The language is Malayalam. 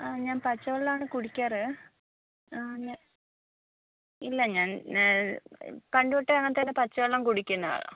ആ ഞാൻ പച്ച വെള്ളമാണ് കുടിക്കാറ് ആ ഞ ഇല്ല ഞ ഞെ പണ്ട് തൊട്ടേ അങ്ങനെ തന്നെ പച്ച വെള്ളം കുടിക്കുന്ന ആളാണ്